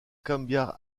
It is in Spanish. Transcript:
cambiar